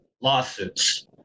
lawsuits